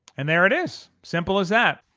and there it is simple as that.